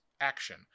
action